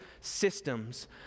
systems